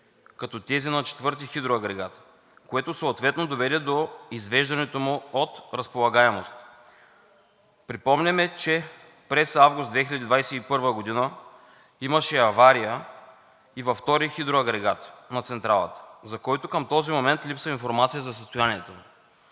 като тези на четвърти хидроагрегат, което съответно доведе до извеждането му от разполагаемост. Припомняме, че през август 2021 г. имаше авария и във втори хидроагрегат на централата, за който към този момент липсва информация за състоянието му.